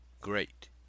great